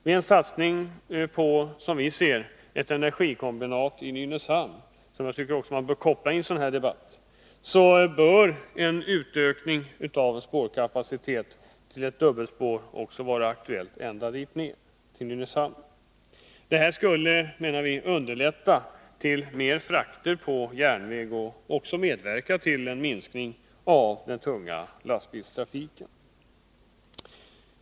Vid en satsning på energikombinatet i Nynäshamn — som bör kopplas till en sådan här debatt — bör en utökning av spårkapaciteten till dubbelspår vara aktuell ända till Nynäshamn. Detta skulle underlätta en ökning av frakterna på järnväg och medverka till en minskning av den tunga lastbilstrafiken.